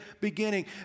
beginning